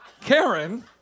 Karen